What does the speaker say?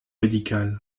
médicale